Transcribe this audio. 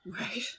right